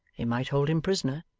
they might hold him prisoner,